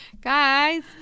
Guys